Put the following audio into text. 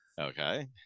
okay